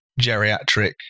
geriatric